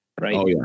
right